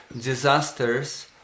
disasters